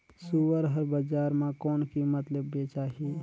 सुअर हर बजार मां कोन कीमत ले बेचाही?